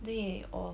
then he oh